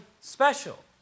special